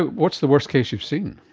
what's the worst case you've seen?